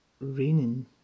raining